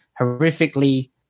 horrifically